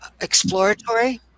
exploratory